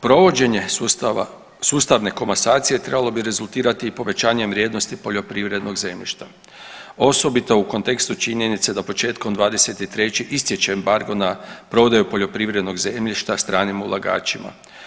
Provođenje sustava, sustavne komasacije trebalo bi rezultirati i povećanjem vrijednosti poljoprivrednog zemljišta osobito u kontekstu činjenice da početkom '23. istječe embargo na prodaju poljoprivrednog zemljišta stranim ulagačima.